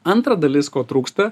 antra dalis ko trūksta